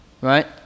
Right